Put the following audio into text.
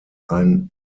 ein